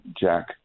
Jack